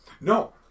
no